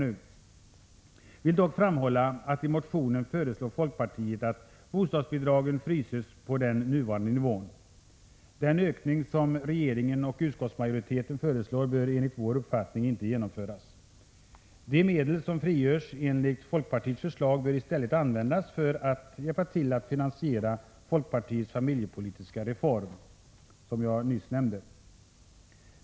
Jag vill dock framhålla att folkpartiet i motionen föreslår att bostadsbidragen fryses på den nuvarande nivån. Den ökning som regeringen och utskottsmajoriteten föreslår bör enligt vår uppfattning inte genomföras. De medel som frigörs enligt folkpartiets förslag bör i stället användas för att hjälpa till att finansiera folkpartiets familjepolitiska reform, som jag nyss nämnde.